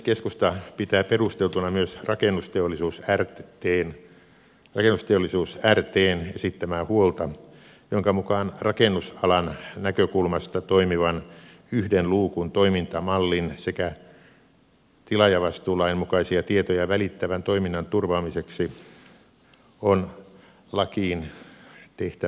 keskusta pitää perusteltuna myös rakennusteollisuus rtn esittämää huolta jonka mukaan rakennusalan näkökulmasta toimivan yhden luukun toimintamallin sekä tilaajavastuulain mukaisia tietoja välittävän toiminnan turvaamiseksi on lakiin tehtävä muutos